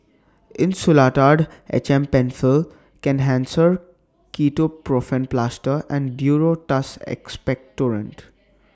Insulatard H M PenFill Kenhancer Ketoprofen Plaster and Duro Tuss Expectorant